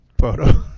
photo